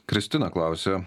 kristina klausia